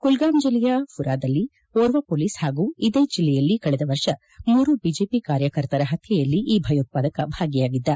ಕುಲ್ಗಾಮ್ ಜಿಲ್ಲೆಯ ಫುರಾದಲ್ಲಿ ಓರ್ವ ಪೊಲೀಸ್ ಪಾಗೂ ಇದೇ ಜಲ್ಲೆಯಲ್ಲಿ ಕಳೆದ ವರ್ಷ ಮೂರು ಬಿಜೆಪಿ ಕಾರ್ಯಕರ್ತರ ಪತ್ಕೆಯಲ್ಲಿ ಈ ಭಯೋತ್ವಾದಕ ಭಾಗಿಯಾಗಿದ್ದ